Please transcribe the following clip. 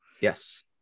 Yes